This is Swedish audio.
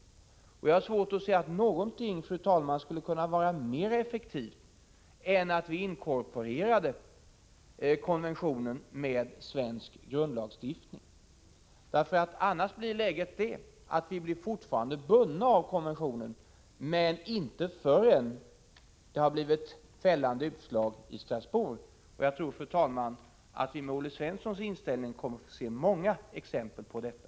Jag har, fru talman, svårt att se att någonting skulle kunna vara mera effektivt än att vi inkorporerar konventionen med svensk grundlag. Om vi inte gör det, uppstår det läget att vi fortfarande är bundna av konventionen, men inte förrän det har blivit ett fällande utslag i Strasbourg. Jag tror, fru talman, att vi med tanke på Olle Svenssons inställning kommer att få se många exempel på detta.